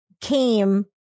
came